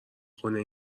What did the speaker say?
کنه